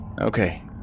okay